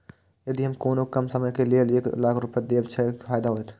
यदि हम कोनो कम समय के लेल एक लाख रुपए देब छै कि फायदा होयत?